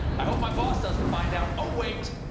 i hope my boss doesn't find out. oh wait,